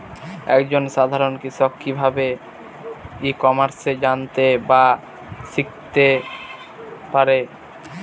এক জন সাধারন কৃষক কি ভাবে ই কমার্সে জানতে বা শিক্ষতে পারে?